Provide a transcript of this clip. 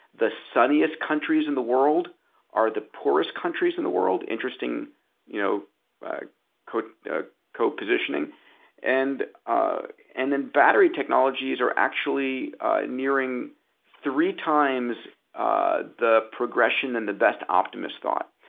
the sunniest countries in the world are the poorest countries in the world. interesting you know ah co-positioning and ah and then battery technologies are actually nearing three times ah the progression and the best optimist thought.